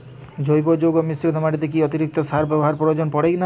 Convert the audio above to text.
জৈব যৌগ মিশ্রিত মাটিতে কি অতিরিক্ত সার ব্যবহারের প্রয়োজন পড়ে না?